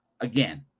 again